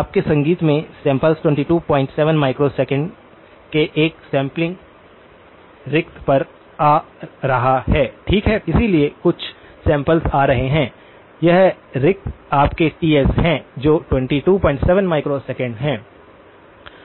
आपके संगीत के सैम्पल्स 227 माइक्रोसेकंड के एक सैंपलिंग रिक्ति पर आ रहा है ठीक है इसलिए कुछ सैम्पल्स आ रहे हैं यह रिक्ति आपके Ts है जो 227 माइक्रोसेकंड है